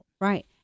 Right